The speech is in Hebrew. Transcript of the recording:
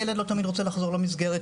ילד לא תמיד רוצה לחזור למסגרת,